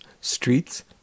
streets